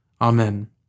Amen